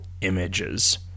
Images